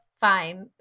fine